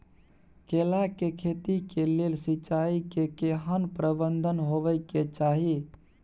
केला के खेती के लेल सिंचाई के केहेन प्रबंध होबय के चाही?